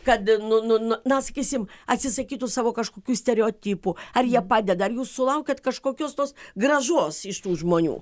kad nu nu nu na sakysim atsisakytų savo kažkokių stereotipų ar jie padeda ar jūs sulaukiat kažkokios tos grąžos iš tų žmonių